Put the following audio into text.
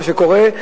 מה קורה.